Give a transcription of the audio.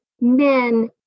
Men